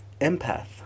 empath